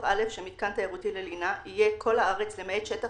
א' של מתקן תיירותי ללינה יהיה כל הארץ למעט שטח